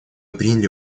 приняли